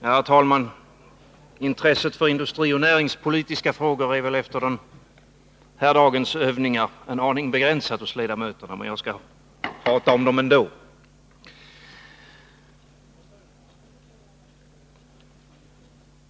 Herr talman! Intresset hos ledamöterna för industrioch näringspolitiska frågor är väl efter den här dagens övningar en aning begränsat, men jag skall tala om dem ändå.